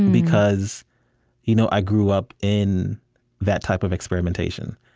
because you know i grew up in that type of experimentation,